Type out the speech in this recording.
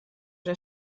der